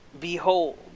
Behold